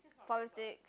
politics